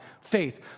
faith